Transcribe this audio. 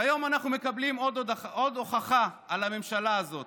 והיום אנחנו מקבלים עוד הוכחה על הממשלה הזו.